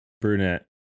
brunette